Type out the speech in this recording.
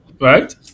right